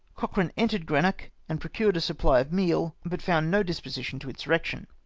cochrane entered greenock, and procured a supply of meal, but found no disposition to insurrection.